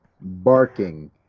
barking